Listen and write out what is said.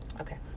Okay